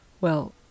Well